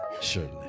surely